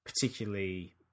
particularly